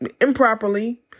improperly